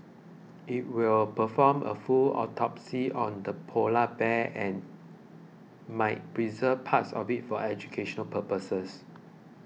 it will perform a full autopsy on the polar bear and might preserve parts of it for educational purposes